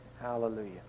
Hallelujah